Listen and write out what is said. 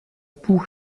buch